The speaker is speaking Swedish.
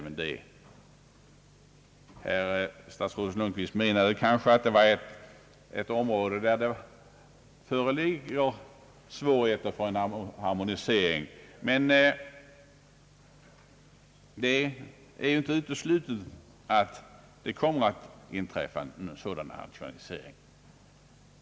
Herr statsrådet Lundkvist menade att det är ett område där det föreligger svårigheter för en harmoniering, men det är inte uteslutet att en sådan harmoniering kommer att genomföras ändå.